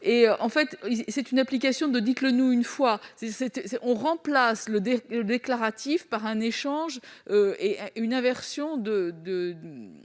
en 2021 ! C'est une application du « dites-le-nous une fois »: on remplace le déclaratif par un échange et une inversion de